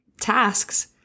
tasks